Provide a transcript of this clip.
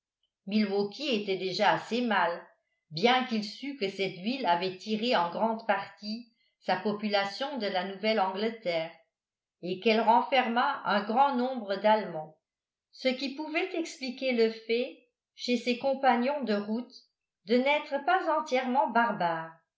milwaukee était déjà assez mal bien qu'il sût que cette ville avait tiré en grande partie sa population de la nouvelle-angleterre et qu'elle renfermât un grand nombre d'allemands ce qui pouvait expliquer le fait chez ses compagnons de route de n'être pas entièrement barbares